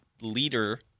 leader